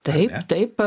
taip taip